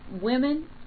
women